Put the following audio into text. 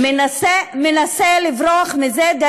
אם זה